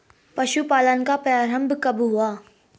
पशुपालन का प्रारंभ कब हुआ?